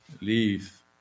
leave